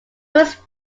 was